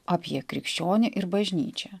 apie krikščionį ir bažnyčią